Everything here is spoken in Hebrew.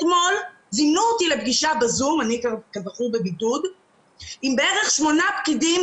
כזכור אני בבידוד ואתמול זימנו אותי לפגישה בזום עם בערך 8 פקידים,